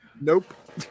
Nope